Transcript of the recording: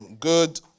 Good